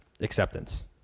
acceptance